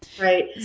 Right